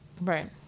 Right